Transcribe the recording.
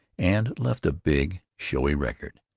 and left a big, showy record.